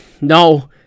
No